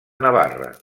navarra